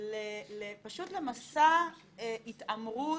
פשוט למסע התעמרות,